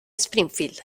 springfield